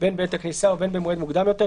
בין בעת הכניסה ובין במועד מוקדם יותר,